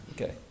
Okay